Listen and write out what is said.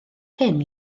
hyn